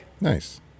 nice